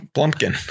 Plumpkin